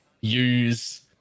use